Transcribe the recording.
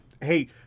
hey